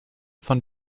von